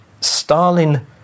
Stalin